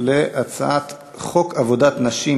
אפשר להוסיף אותי, עכשיו כבר לא.